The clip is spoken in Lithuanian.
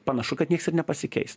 panašu kad nieks ir nepasikeis